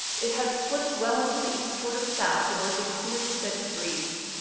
it had slipped well into the eastward of south, and was a clear steady breeze.